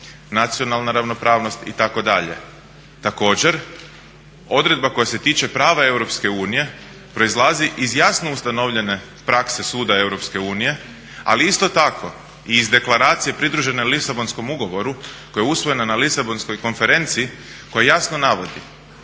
nacionalna ravnopravnost itd. Također, odredba koja se tiče prava EU proizlazi iz jasno ustanovljene prakse Suda EU ali isto tako i iz Deklaracije pridružene Lisabonskom ugovoru koja je usvojena na Lisabonskoj konferenciji koja jasno navodi